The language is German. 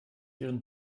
ihren